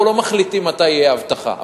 אנחנו לא מחליטים מתי תהיה אבטחה,